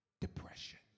depression